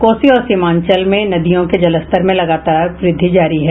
कोसी और सीमांचल में नदियों के जलस्तर में लगातार वृद्धि जारी है